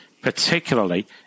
particularly